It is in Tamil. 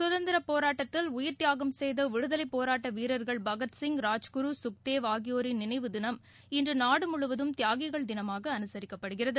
கதந்திர போராட்டத்தில் உயிர் தியாகம் செய்த விடுதலை போராட்ட வீரர்கள் பகத்சிங் ராஜ்குரு சுக்தேவ் ஆகியோரின் நினைவு தினம் இன்று நாடு முழுவதும் தியாகிகள் தினமாக அனுசரிக்கப்படுகிறது